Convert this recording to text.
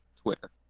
Twitter